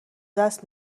دست